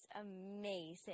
amazing